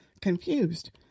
confused